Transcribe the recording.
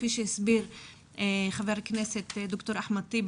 כפי שהסביר חבר הכנסת ד"ר אחמד טיבי